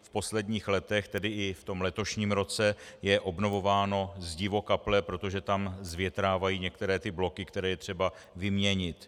V posledních letech, tedy i v letošním roce, je obnovováno zdivo kaple, protože tam zvětrávají některé bloky, které je třeba vyměnit.